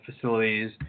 facilities